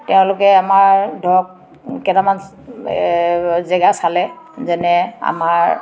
তেওঁলোকে আমাৰ ধৰক কেইটামান জেগা চালে যেনে আমাৰ